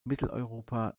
mitteleuropa